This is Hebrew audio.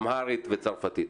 אמהרית וצרפתית?